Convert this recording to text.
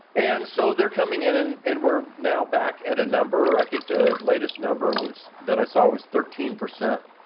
and so they're coming in in and we're now back at a number. i think the latest number was that i saw was thirteen percent.